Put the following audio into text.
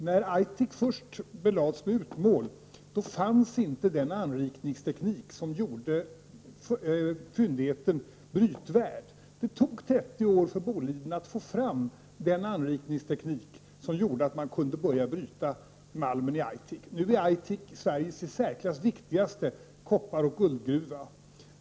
När Aitik först belades med utmål fanns inte den anrikningsteknik som gjorde fyndigheten brytvärd. Det tog 30 år för Boliden att få fram den anrikningsteknik som medförde att man kunde börja bryta malmen i Aitik. Nu är Aitik Sveriges i särklass viktigaste koppar och guldgruva.